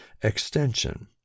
extension